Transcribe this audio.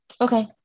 Okay